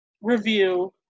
review